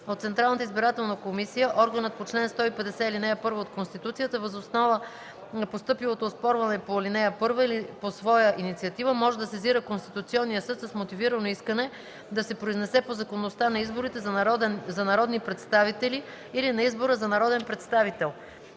от Централната избирателна комисия органът по чл. 150, ал. 1 от Конституцията въз основа на постъпилото оспорване по ал. 1 или по своя инициатива може да сезира Конституционния съд с мотивирано искане да се произнесе по законността на изборите за народни представители или на избора на народен представител.”